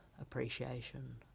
appreciation